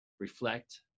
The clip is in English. reflect